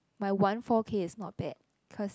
my one four K is not bad cause